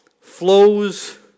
flows